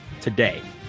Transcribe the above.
today